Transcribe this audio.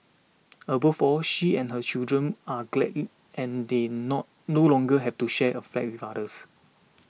above all she and her children are gladly and they not no longer have to share a flat with others